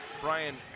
Brian